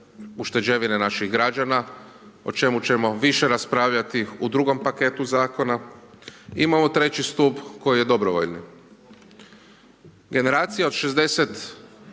ušteđevine naših građana o čemu ćemo više raspravljati u drugom paketu zakona, imamo treći stup koji je dobrovoljni. Generacija od 60